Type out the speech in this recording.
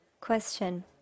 Question